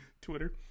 Twitter